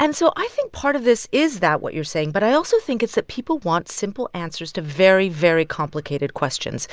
and so i think part of this is that what you're saying. but i also think it's that people want simple answers to very, very complicated questions.